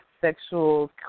sexual